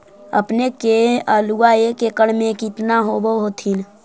अपने के आलुआ एक एकड़ मे कितना होब होत्थिन?